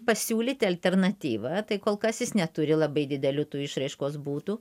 pasiūlyti alternatyvą tai kol kas jis neturi labai didelių tų išraiškos būdų